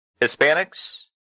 Hispanics